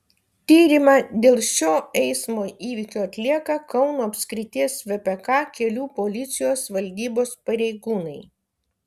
tyrimą dėl šio eismo įvykio atlieka kauno apskrities vpk kelių policijos valdybos pareigūnai